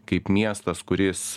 kaip miestas kuris